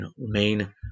remain